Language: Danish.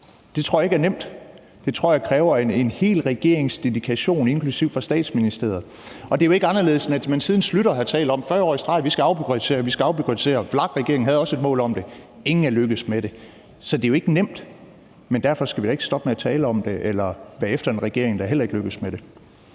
Det tror jeg ikke er nemt. Det tror jeg kræver en hel regerings dedikation, inklusive fra Statsministeriet. Det er jo ikke anderledes, end at man siden Schlüter i 40 år i træk har talt om, at vi skal afbureaukratisere, vi skal afbureaukratisere. VLAK-regeringen havde også et mål om det. Ingen er lykkedes med det. Så det er jo ikke nemt, men derfor skal vi da ikke stoppe med at tale om det eller med at være efter en regering, der heller ikke lykkes med det.